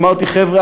אמרתי: חבר'ה,